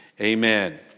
Amen